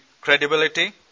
credibility